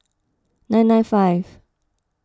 nine nine five